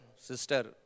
Sister